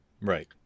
Right